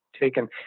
taken